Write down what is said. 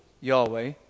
Yahweh